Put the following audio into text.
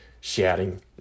shouting